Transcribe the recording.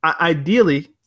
ideally